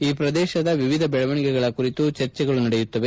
ಈ ಪ್ರದೇಶದ ವಿವಿಧ ಬೆಳವಣಿಗೆಗಳ ಕುರಿತು ಚರ್ಚೆಗಳು ನಡೆಯುತ್ತವೆ